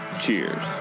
Cheers